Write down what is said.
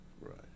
Right